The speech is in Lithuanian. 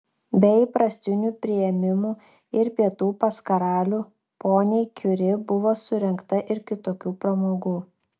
be įprastinių priėmimų ir pietų pas karalių poniai kiuri buvo surengta ir kitokių pramogų